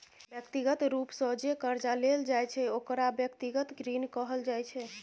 व्यक्तिगत रूप सँ जे करजा लेल जाइ छै ओकरा व्यक्तिगत ऋण कहल जाइ छै